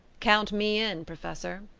count me in, professor,